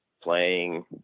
playing